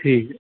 ਠੀਕ